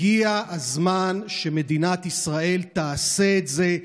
הגיע הזמן שמדינת ישראל תעשה את זה.